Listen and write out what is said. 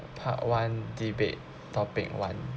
part one debate topic one